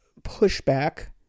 pushback